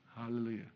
hallelujah